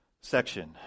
section